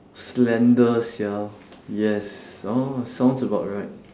slender sia yes orh sounds about right